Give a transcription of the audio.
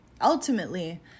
Ultimately